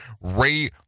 Ray